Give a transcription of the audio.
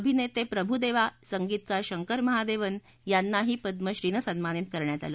अभिनेते प्रभुदेवा संगीतकार शंकर महादेवन् यांनाही पद्मश्रीने सन्मानित करण्यात आलं